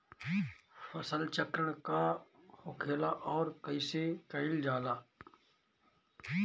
फसल चक्रण का होखेला और कईसे कईल जाला?